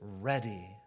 ready